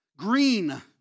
green